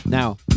Now